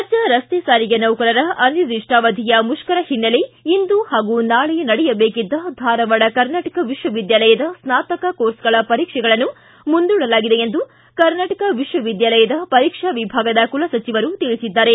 ರಾಜ್ಯ ರಸ್ತೆ ಸಾರಿಗೆ ನೌಕರರ ಅನಿರ್ದಿಷ್ಟಾವಧಿಯ ಮುಷ್ಕರ ಹಿನ್ನೆಲೆ ಇಂದು ಹಾಗೂ ನಾಳೆ ನಡೆಯಬೇಕಿದ್ದ ಧಾರವಾಡ ಕರ್ನಾಟಕ ವಿಶ್ವವಿದ್ಯಾಲಯದ ಸ್ನಾತಕ ಕೋರ್ಸ್ಗಳ ಪರೀಕ್ಷೆಗಳನ್ನು ಮುಂದೂಡಲಾಗಿದೆ ಎಂದು ಕರ್ನಾಟಕ ವಿಶ್ವವಿದ್ಯಾಲಯದ ಪರೀಕ್ಷಾ ವಿಭಾಗದ ಕುಲಸಚಿವರು ತಿಳಿಸಿದ್ದಾರೆ